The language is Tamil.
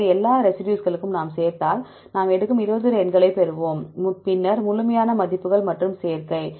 எனவே எல்லா ரெசிடியூஸ்களுக்கும் நாம் சேர்த்தால் நாம் எடுக்கும் போது 20 எண்களைப் பெறுவோம் பின்னர் முழுமையான மதிப்புகள் மற்றும் சேர்க்கை